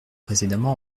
précédemment